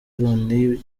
loni